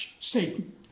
Satan